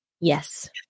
Yes